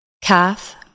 calf